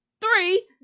Three